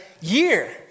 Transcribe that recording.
year